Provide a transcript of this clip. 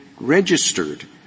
registered